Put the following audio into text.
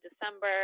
December